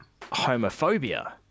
homophobia